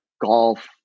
golf